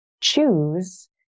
choose